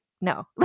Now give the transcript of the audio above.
no